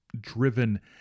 driven